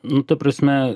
nu ta prasme